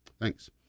Thanks